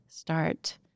start